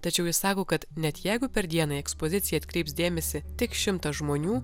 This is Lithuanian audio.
tačiau jis sako kad net jeigu per dieną į ekspoziciją atkreips dėmesį tik šimtas žmonių